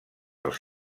els